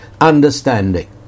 understanding